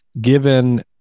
given